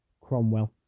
Cromwell